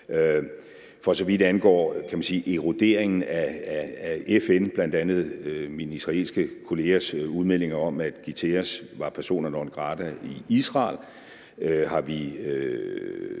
spørgsmålet om eroderingen af FN, bl.a. min israelske kollegas udmeldinger om, at Guterres var persona non grata i Israel, har vi